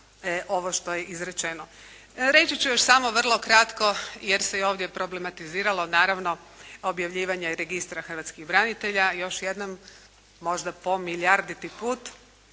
ovo što je izrečeno. Reći ću još samo vrlo kratko jer se i ovdje problematiziralo naravno objavljivanje Registra hrvatskih branitelja. Još jednom možda po milijarditi put,